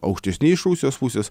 aukštesni iš rusijos pusės